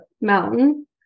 mountain